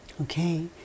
Okay